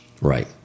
right